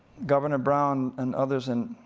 governor brown, and others, and